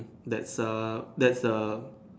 that's a that's a